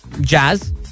Jazz